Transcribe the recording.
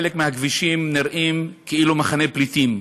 חלק מהכבישים נראים כאילו הם במחנה פליטים.